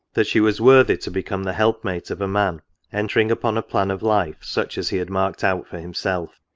that she was worthy to become the help-mate of a man entering upon a plan of life such as he had marked out for himself.